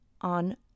on